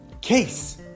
case